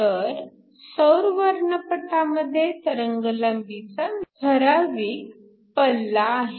तर सौर वर्णपटामध्ये तरंगलांबीचा ठराविक पल्ला आहे